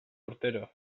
urtero